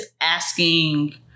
asking